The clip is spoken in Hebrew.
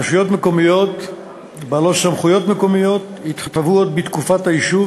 רשויות מקומיות בעלות סמכויות מקומיות התהוו עוד בתקופת היישוב,